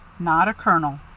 not a kernel.